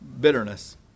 bitterness